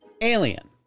Alien